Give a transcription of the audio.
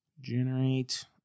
generate